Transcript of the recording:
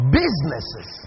businesses